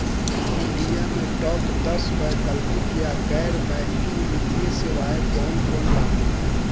India में top दस वैकल्पिक या गैर बैंकिंग वित्तीय सेवाएं कौन कोन बाटे?